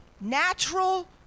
natural